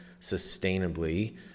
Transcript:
sustainably